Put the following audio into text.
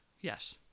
Yes